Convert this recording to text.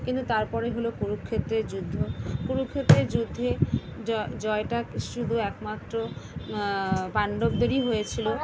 কিন্তু তারপরে হলো কুরুক্ষেত্রের যুদ্ধ কুরুক্ষেত্রের যুদ্ধে জ জয়টা শুধু একমাত্র পান্ডবদেরই হয়েছিলো